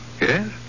Yes